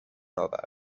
آورد